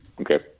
Okay